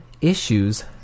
issues